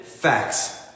Facts